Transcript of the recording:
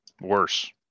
worse